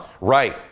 Right